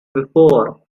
before